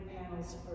panels